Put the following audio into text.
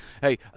Hey